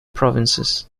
provinces